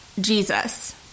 Jesus